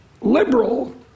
liberal